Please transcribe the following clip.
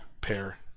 pair